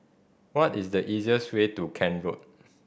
what is the easiest way to Kent Road